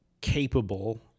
capable—